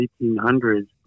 1800s